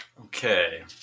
Okay